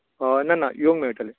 आं ना ना येवंक मेळटले